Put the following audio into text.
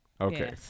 Okay